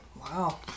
Wow